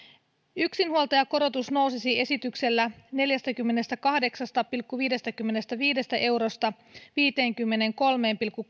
yksinhuoltajakorotus nousisi esityksellä neljästäkymmenestäkahdeksasta pilkku viidestäkymmenestäviidestä eurosta viiteenkymmeneenkolmeen pilkku